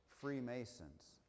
Freemasons